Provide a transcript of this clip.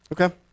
Okay